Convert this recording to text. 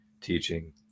teaching